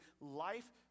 life